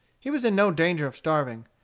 he was in no danger of starving.